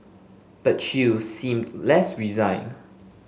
but Chew seemed less resigned